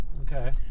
Okay